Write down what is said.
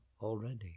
already